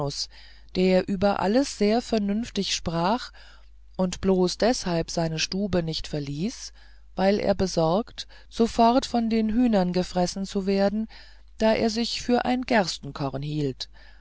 der über alles sehr vernünftig sprach und bloß deshalb seine stube nicht verließ weil er besorgte sofort von den hühnern gefressen zu werden da er sich für ein gerstenkorn hielt